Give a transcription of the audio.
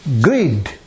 greed